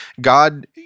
God